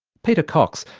peter cox,